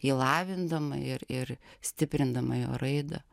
jį lavindama ir ir stiprindama jo raidą